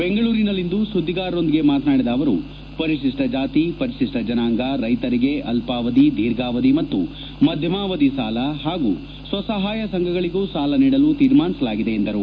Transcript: ಬೆಂಗಳೂರಿನಲ್ಲಿಂದು ಸುದ್ದಿಗಾರರೊಂದಿಗೆ ಮಾತನಾಡಿದ ಅವರು ಪರಿಶಿಷ್ವ ಜಾತಿ ಪರಿಶಿಷ್ವ ಜನಾಂಗ ರೈತರಿಗೆ ಅಲ್ವಾವಧಿ ದೀರ್ಘಾವಧಿ ಮತ್ತು ಮಧ್ಯಮಾವಧಿ ಸಾಲ ಹಾಗೂ ಸ್ವಸಹಾಯ ಸಂಘಗಳಿಗೂ ಸಾಲ ನೀಡಲು ತೀರ್ಮಾನಿಸಲಾಗಿದೆ ಎಂದರು